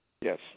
Yes